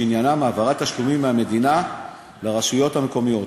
שעניינם העברת תשלומים מהמדינה לרשויות המקומיות.